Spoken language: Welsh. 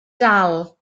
dal